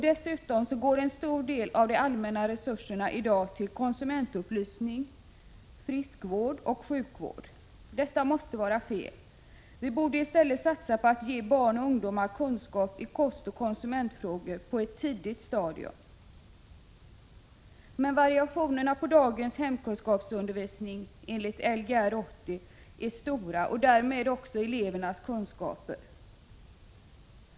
Dessutom går i dag en stor del av de allmänna resurserna till konsumentupplysning samt friskoch sjukvård. Detta måste vara fel. Vi borde i stället satsa på att ge barn och ungdomar kunskap i kostoch konsumentfrågor på ett tidigt stadium. Dagens hemkunskapsundervisning enligt Lgr 80 bedrivs dock på mycket varierande sätt, och därmed blir också skillnaderna i elevernas kunskaper mycket stora.